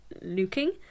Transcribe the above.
looking